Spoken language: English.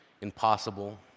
impossible